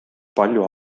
palju